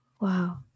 wow